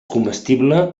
comestible